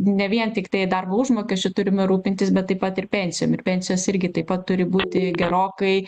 ne vien tiktai darbo užmokesčiu turim ir rūpintis bet taip pat ir pensijom ir pensijos irgi taip pat turi būti gerokai